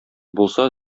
булса